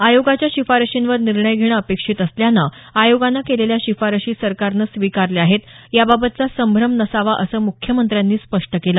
आयोगाच्या शिफारशींवर निर्णय घेणं अपेक्षित असल्यानं आयोगानं केलेल्या शिफारसी सरकारनं स्वीकारल्या आहेत याबाबतचा संभ्रम नसावा असं मुख्यमंत्र्यांनी स्पष्ट केलं